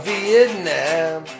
Vietnam